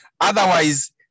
Otherwise